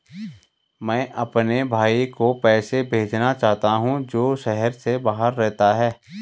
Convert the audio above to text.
मैं अपने भाई को पैसे भेजना चाहता हूँ जो शहर से बाहर रहता है